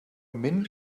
men